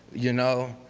you know.